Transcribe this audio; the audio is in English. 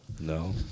no